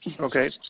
Okay